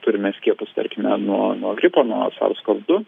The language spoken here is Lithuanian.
turime skiepus tarkime nuo nuo gripo nuo sars kov du